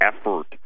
effort